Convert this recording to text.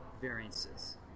variances